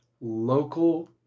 local